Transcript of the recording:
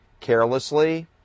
carelessly